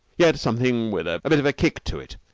yet something with a bit of a kick to it,